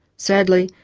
sadly,